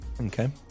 Okay